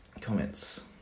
Comments